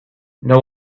know